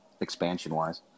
expansion-wise